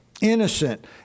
Innocent